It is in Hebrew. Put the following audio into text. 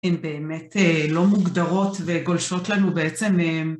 הן באמת לא מוגדרות וגולשות לנו בעצם.